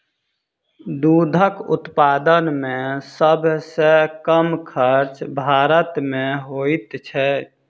दूधक उत्पादन मे सभ सॅ कम खर्च भारत मे होइत छै